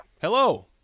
Hello